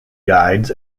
guides